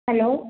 hello